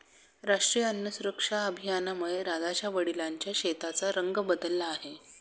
राष्ट्रीय अन्न सुरक्षा अभियानामुळे राधाच्या वडिलांच्या शेताचा रंग बदलला आहे